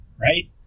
Right